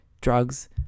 drugs